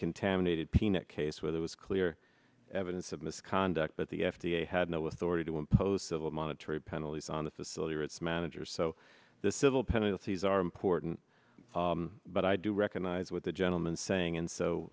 contaminated peanut case where there was clear evidence of misconduct but the f d a had no authority to impose civil monetary penalties on the facility or its managers so the civil penalties are important but i do recognize what the gentleman saying and